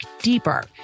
deeper